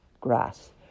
grass